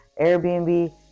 airbnb